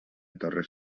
torres